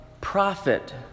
prophet